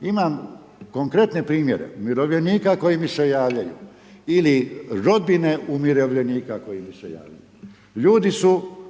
Imam konkretne primjere umirovljenika koji mi se javljaju ili rodbine umirovljenika koji mi se javljaju. Ljudi su,